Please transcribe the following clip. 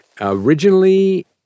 Originally